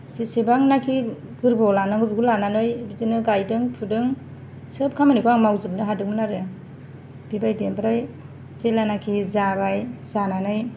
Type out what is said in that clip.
जेसेबांनाखि गोरबोआव लानानै बिदिनो गायदों फुदों सोब खामानिखौ आं मावजोबनो हादोंमोन आरो बेबायदि ओमफ्राय जेलानाखि जाबाय जानानै